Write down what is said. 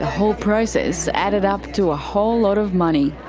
ah whole process added up to a whole lot of money.